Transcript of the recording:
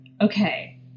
Okay